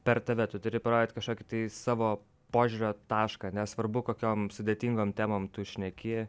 per tave tu turi parodyt kažkokį savo požiūrio tašką nesvarbu kokiom sudėtingom temom tu šneki